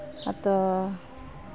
ᱟᱫᱚ